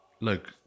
Look